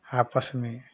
आपस में